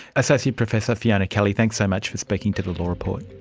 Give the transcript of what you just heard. associate professor fiona kelly, thanks so much for speaking to the law report.